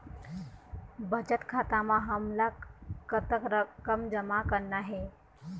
बचत खाता म हमन ला कतक रकम जमा करना हे?